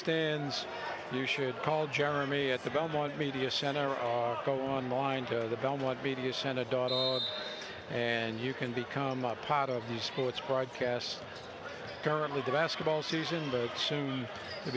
stands you should call jeremy at the belmont media center go on line to the belmont media center daughter and you can become a part of the sports broadcast currently the basketball season but soon to